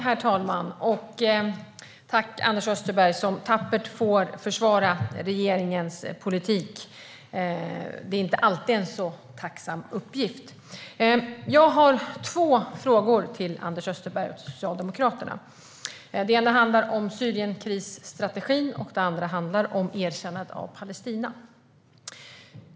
Herr talman! Jag tackar Anders Österberg, som tappert får försvara regeringens politik. Det är inte alltid en så tacksam uppgift. Jag har två frågor till Socialdemokraternas Anders Österberg. Den ena handlar om Syrienkrisstrategin; den andra handlar om erkännandet av Palestina.